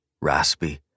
raspy